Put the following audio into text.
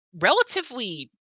relatively